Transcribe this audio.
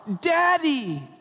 Daddy